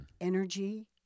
energy